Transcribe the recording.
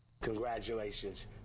Congratulations